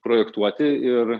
projektuoti ir